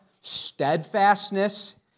steadfastness